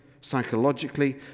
psychologically